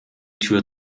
tür